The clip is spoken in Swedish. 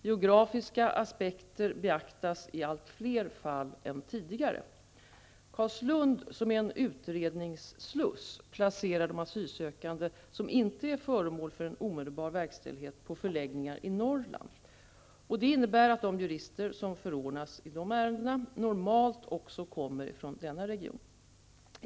Geografiska aspekter beaktas i allt fler fall än tidigare. Carlsund, som är en utredningssluss, placerar de asylsökande som inte är föremål för omdelbar verkställighet på förläggningar i Norrland. Detta innebär att de jurister som förordnas i dessa ärenden normalt också kommer från denna region.